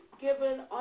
given